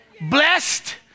Blessed